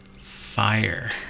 Fire